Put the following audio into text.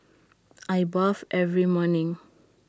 I bathe every morning